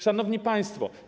Szanowni Państwo!